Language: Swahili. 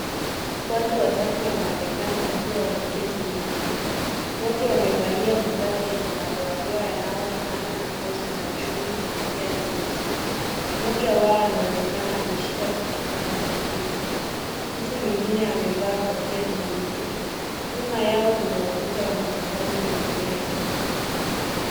Watu watatu wanaonekana wakiwa wameketi nje. Wote wamevalia mavazi yenye madoa doa yanayo fanana na ngozi za chui na kofia nyeusi. Mmoja anaonekana ameshika kitu kama kijiti. Mtu mwingine amevaa kofia nyeupe. Nyuma yao kuna ukuta wa matofali na mimea.